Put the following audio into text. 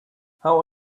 how